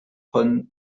von